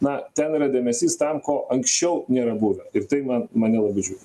na ten yra dėmesys tam ko anksčiau nėra buvę ir tai man mane labai džiugi